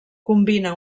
combina